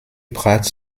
brad